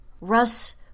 Russ